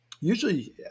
usually